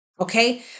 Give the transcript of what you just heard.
okay